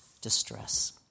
distress